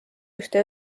ühte